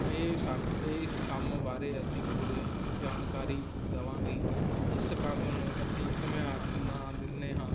ਇਹ ਸਾਡ ਇਸ ਕੰਮ ਬਾਰੇ ਅਸੀਂ ਪੂਰੇ ਜਾਣਕਾਰੀ ਦੇਵਾਂਗੇ ਇਸ ਕੰਮ ਨੂੰ ਅਸੀਂ ਘੁਮਿਆਰ ਨਾ ਦਿੰਦੇ ਹਾਂ